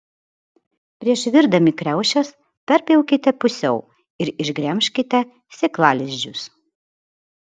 prieš virdami kriaušes perpjaukite pusiau ir išgremžkite sėklalizdžius